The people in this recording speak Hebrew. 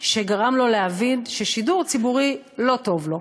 שגרם לו להבין ששידור ציבורי לא טוב לו.